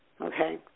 Okay